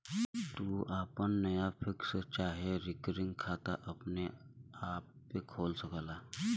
तू आपन नया फिक्स चाहे रिकरिंग खाता अपने आपे खोल सकला